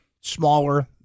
smaller